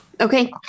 Okay